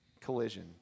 Collision